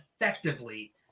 effectively